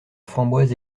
framboise